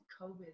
COVID